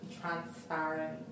Transparent